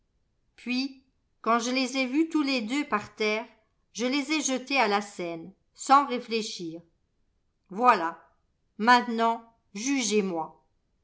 puis quand je les ai vus tous les deux par terre je les ai jetés à la seine sans réfléchir voilà maintenant jugez-moi